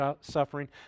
suffering